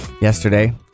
yesterday